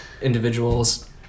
individuals